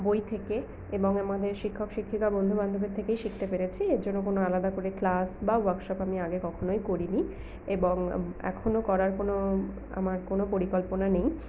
বই থেকে এবং আমাদের শিক্ষক শিক্ষিকা বন্ধু বান্ধবের থেকেই শিখতে পেরেছি এর জন্য কোনো আলাদা করে ক্লাস বা ওয়র্কশপ আমি আগে কখনই করি নি এবং এখনও করার কোনো আমার কোনো পরিকল্পনা নেই